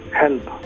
help